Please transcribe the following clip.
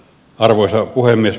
arvoisa puhemies